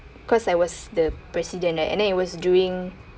cause I was the president like and then it was during